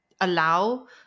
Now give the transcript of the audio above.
allow